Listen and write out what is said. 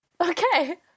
Okay